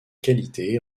qualité